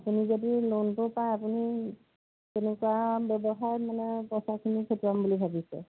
আপুনি যদি লোনটো পায় আপুনি তেনেকুৱা ব্যৱসায়ত মানে পইচাখিনি খটুৱাম বুলি ভাবিছে